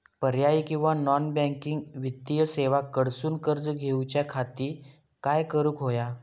पर्यायी किंवा non banking वित्तीय सेवा कडसून कर्ज घेऊच्या खाती काय करुक होया?